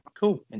cool